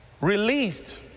released